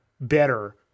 better